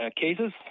cases